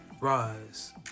rise